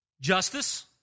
justice